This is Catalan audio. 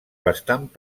bastant